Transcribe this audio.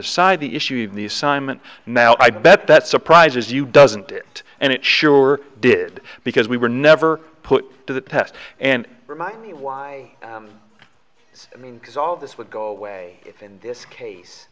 decide the issue even the assignment now i bet that surprises you doesn't it and it sure did because we were never put to the test and remind me why i mean because all of this would go away if in this case